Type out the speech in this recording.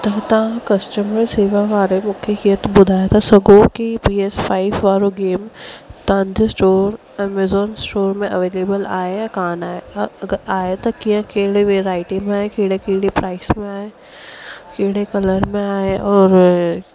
त तव्हां कस्टमर शेवा वारे मूंखे इहे त ॿुधाए था सघो की पी एस फाइव वारो गेम तव्हांजे स्टोर एमेज़ोन स्टोर में अवेलेबल आए या कोन आहे अगरि आहे त कीअं कहिड़े वैराइटी में आहे कहिड़े कहिड़े प्राइस में आहे कहिड़े कलर में आहे औरि